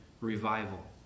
revival